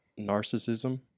narcissism